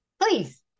Please